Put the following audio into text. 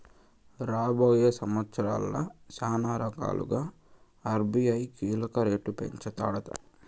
రాబోయే సంవత్సరాల్ల శానారకాలుగా ఆర్బీఐ కోలక రేట్లు పెంచతాదట